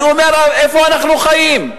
אני אומר: איפה אנחנו חיים?